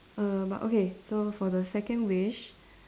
err but okay so for the second wish